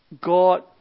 God